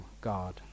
God